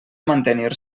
mantenir